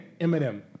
Eminem